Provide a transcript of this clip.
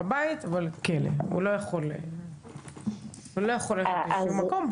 בבית, אבל כלא, הוא לא יכול ללכת לשום מקום.